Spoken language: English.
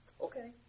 Okay